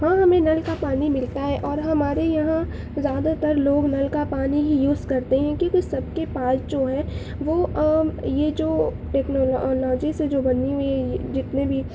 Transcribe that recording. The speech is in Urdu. ہاں ہمیں نل کا پانی ملتا ہے اور ہمارے یہاں زیادہ تر لوگ نل کا پانی ہی یوز کرتے ہیں کیونکہ سب کے پاس جو ہے وہ یہ جو ٹیکنالوجی سے جو بنی ہوئی جتنے بھی